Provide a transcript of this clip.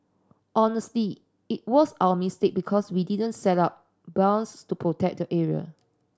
honestly it was our mistake because we didn't set up buoys to protect the area